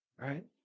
Right